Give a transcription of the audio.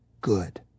good